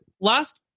last